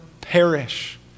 perish